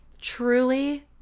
truly